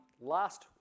last